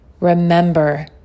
Remember